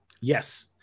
Yes